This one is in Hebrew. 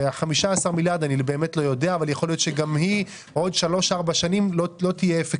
אבל כמובן שיש עוד צעדים שאמורים להרחיב